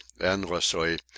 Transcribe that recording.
endlessly